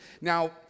Now